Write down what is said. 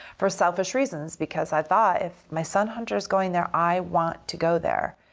for selfish reasons, because i thought, if my son hunter is going there, i want to go there.